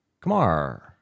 Kamar